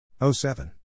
07